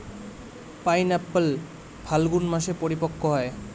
pineapple Falgun মাসে পরিপক্ব হয়